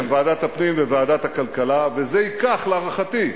של ועדת הפנים וועדת הכלכלה, וזה ייקח, להערכתי,